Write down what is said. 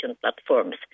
platforms